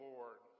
Lord